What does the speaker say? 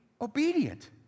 obedient